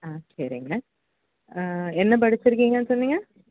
ஆ சரிங்க என்ன படிச்சுருக்கீங்கன்னு சொன்னீங்க